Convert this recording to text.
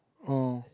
oh